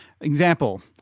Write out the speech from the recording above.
Example